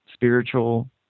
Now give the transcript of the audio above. spiritual